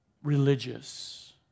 religious